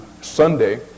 Sunday